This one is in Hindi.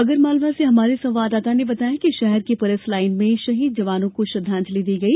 आगरमालवा से हमारे संवाददाता ने बताया है कि शहर की पुलिस लाइन में शहीद जवानों को श्रद्वांजलि दी गई